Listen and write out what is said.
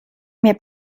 mir